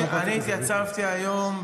חברת הכנסת שרון ניר,